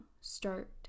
Start